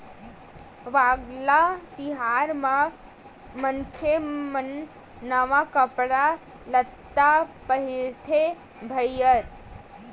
वांगला तिहार म मनखे मन नवा कपड़ा लत्ता पहिरथे भईर